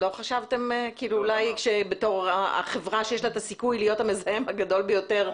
לא חשבתם אולי שבתור החברה שיש לה את הסיכוי להיות המזהם הגדול ביותר,